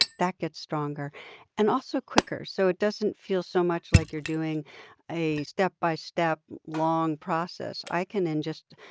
that gets stronger and also quicker. so it doesn't feel so much like you're doing a step-by-step, long process. i can in just,